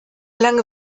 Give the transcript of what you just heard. lange